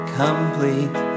complete